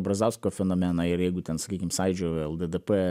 brazausko fenomeną ir jeigu ten sakykim sajūdžio lddp